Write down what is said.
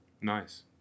Nice